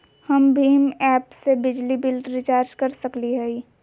हम भीम ऐप से बिजली बिल रिचार्ज कर सकली हई?